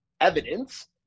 evidence